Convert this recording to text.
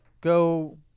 go